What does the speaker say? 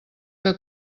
que